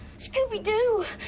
scooby-doo!